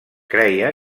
creia